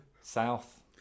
south